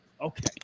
Okay